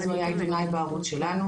אז הוא היה עדיין בערוץ שלנו,